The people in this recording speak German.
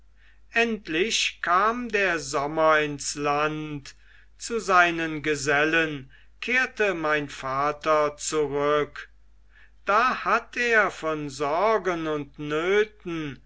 endlich kam der sommer ins land zu seinen gesellen kehrte mein vater zurück da hatt er von sorgen und nöten